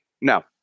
No